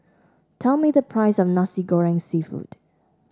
tell me the price of Nasi Goreng seafood